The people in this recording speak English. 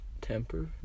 Temper